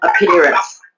appearance